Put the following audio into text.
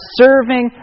serving